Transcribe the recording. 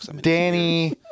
Danny